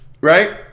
Right